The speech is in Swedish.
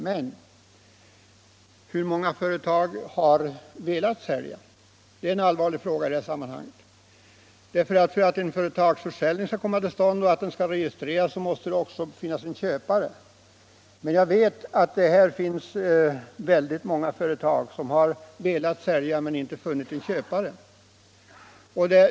Men hur många företagare har velat sälja sin rörelse och inte funnit köpare? Det är en allvarlig fråga i detta sammanhang. För att en företagsförsäljning skall komma till stånd och registreras måste det ju finnas en köpare, men jag vet att många företagare har velat sälja företaget och inte funnit någon köpare.